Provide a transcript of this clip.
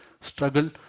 struggle